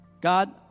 God